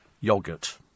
Yogurt